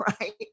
Right